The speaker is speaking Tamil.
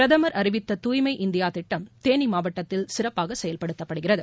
பிரதமர் அறிவித்த தூய்மை இந்தியா திட்டம் தேனி மாவட்டத்தில் சிறப்பாக செயல்படுத்தப்படுகிறது